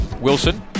Wilson